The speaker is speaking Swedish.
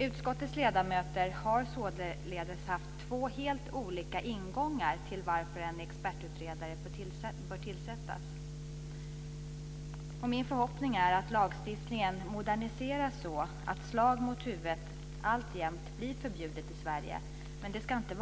Utskottets ledamöter har haft två helt olika ingångar till att en expertutredare bör tillsättas. Min förhoppning är den att lagstiftningen moderniseras så att slag mot huvudet alltjämt förblir förbjudet i Sverige, men inte